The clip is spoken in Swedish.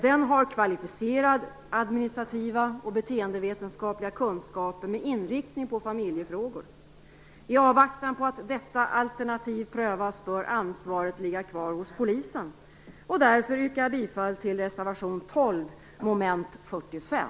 Den har kvalificerade administrativa och beteendevetenskapliga kunskaper med inriktning på familjefrågor. I avvaktan på att detta alternativ prövas bör ansvaret ligga kvar hos polisen. Jag yrkar därför bifall till reservation 12 mom. 45.